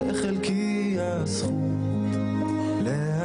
כי אנחנו תכף יש לנו ראשי אופוזיציה ואנחנו צריכים ללכת.